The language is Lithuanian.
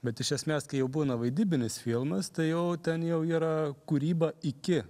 bet iš esmės kai jau būna vaidybinis filmas tai jau ten jau yra kūryba iki